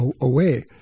away